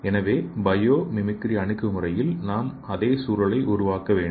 எனவே biomimicry அணுகுமுறையில் அதே சூழலை நாம் உருவாக்க வேண்டும்